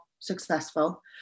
successful